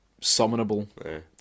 summonable